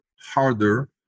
harder